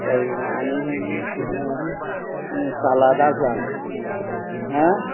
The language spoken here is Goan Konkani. कळ्ळे तुका आनी ये सालाद आसा